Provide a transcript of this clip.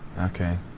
Okay